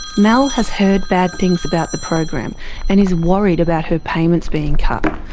mel has heard bad things about the program and is worried about her payments being cut.